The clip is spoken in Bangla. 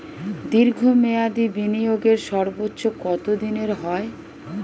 দীর্ঘ মেয়াদি বিনিয়োগের সর্বোচ্চ কত দিনের হয়?